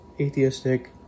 atheistic